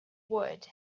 would